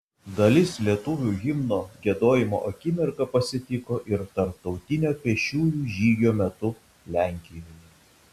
dalis lietuvių himno giedojimo akimirką pasitiko ir tarptautinio pėsčiųjų žygio metu lenkijoje